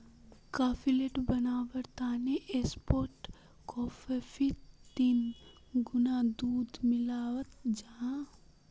cafe latte बनवार तने ऐस्प्रो कोफ्फीत तीन गुणा दूध मिलाल जाहा